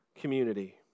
community